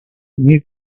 new